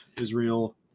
Israel